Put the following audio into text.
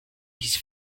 his